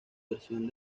versión